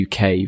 UK